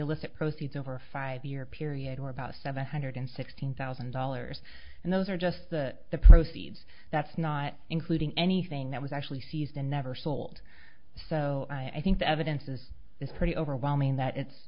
illicit proceeds over a five year period or about seven hundred sixteen thousand dollars and those are just the proceeds that's not including anything that was actually seized the never sold so i think the evidence is is pretty overwhelming that it's